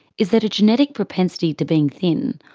is that a genetic propensity to being thin,